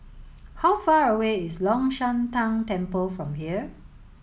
how far away is Long Shan Tang Temple from here